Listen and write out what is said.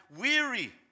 weary